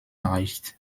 erreicht